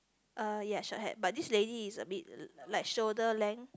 uh yeah short hair but this lady is a bit like shoulder length